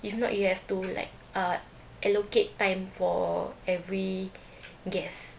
if not you have to like uh allocate time for every guest